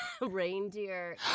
reindeer